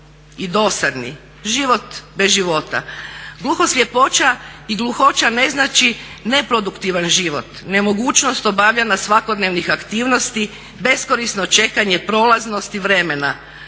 i dosadni, život bez života. Gluhoslijepoća i gluhoća ne znači ne produktivan život, nemogućnost obavljanja svakodnevnih aktivnosti, beskorisno čekanje prolaznosti vremena.